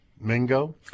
Mingo